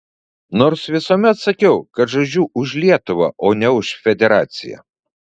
nors visuomet sakiau kad žaidžiu už lietuvą o ne už federaciją